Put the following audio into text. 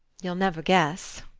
you'll never guess.